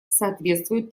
соответствует